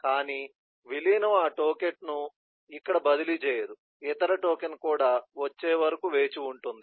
కానీ విలీనం ఆ టోకెన్ను ఇక్కడ బదిలీ చేయదు ఇతర టోకెన్ కూడా వచ్చే వరకు వేచి ఉంటుంది